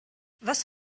was